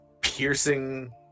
piercing